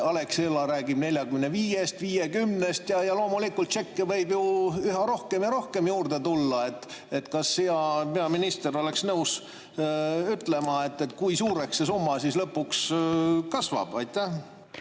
Alexela räägib 45-st, 50-st. Ja loomulikult, tšekke võib ju üha rohkem ja rohkem juurde tulla. Kas hea peaminister oleks nõus ütlema, kui suureks see summa lõpuks kasvab?